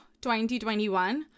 2021